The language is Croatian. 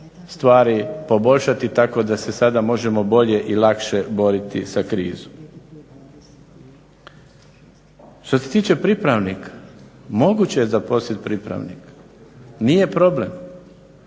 stvari poboljšati tako da se sada možemo bolje i lakše boriti sa krizom. Što se tiče pripravnika, moguće je zaposliti pripravnika, nije problem.